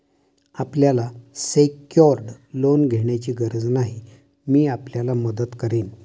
आपल्याला secured loan घेण्याची गरज नाही, मी आपल्याला मदत करेन